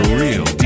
real